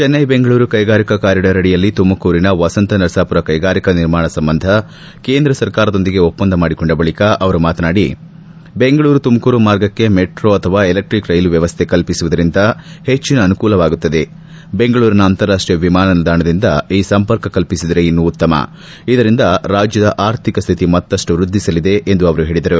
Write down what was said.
ಚೆನ್ನೈ ಬೆಂಗಳೂರು ಕೈಗಾರಿಕಾ ಕಾರಿಡಾರ್ ಅಡಿಯಲ್ಲಿ ತುಮಕೂರಿನ ವಸಂತ ನರಸಾಮರ ಕೈಗಾರಿಕಾ ನಿರ್ಮಾಣ ಸಂಬಂಧ ಕೇಂದ್ರ ಸರ್ಕಾರದೊಂದಿಗೆ ಒಪ್ಪಂದ ಮಾಡಿಕೊಂಡ ಬಳಿಕ ಅವರು ಮಾತನಾಡಿ ಬೆಂಗಳೂರು ತುಮಕೂರು ಮಾರ್ಗಕ್ಕೆ ಮೆಟ್ರೋ ಅಥವಾ ಎಲೆಟ್ಟಿಕ್ ರೈಲು ವ್ಯವಸ್ಥೆ ಕಲ್ಲಿಸುವುದರಿಂದ ಹೆಚ್ಚಿನ ಅನುಕೂಲವಾಗುತ್ತದೆ ಬೆಂಗಳೂರಿನ ಅಂತಾರಾಷ್ಟೀಯ ವಿಮಾನ ನಿಲ್ದಾಣದಿಂದ ಈ ಸಂಪರ್ಕ ಕಲ್ಪಿಸಿದರೆ ಇನ್ನೂ ಉತ್ತಮ ಇದರಿಂದ ರಾಜ್ಯದ ಆರ್ಥಿಕ ಶ್ರಿತಿ ಮತ್ತಷ್ಟು ವೃದ್ಧಿಸಲಿದೆ ಎಂದು ಅವರು ಹೇಳಿದರು